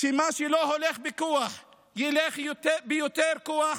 שמה שלא הולך בכוח ילך ביותר כוח,